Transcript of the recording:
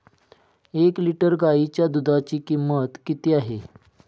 एक लिटर गाईच्या दुधाची किंमत किती आहे?